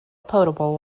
potable